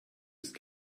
ist